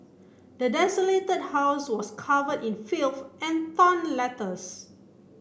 the desolated house was cover in filth and torn letters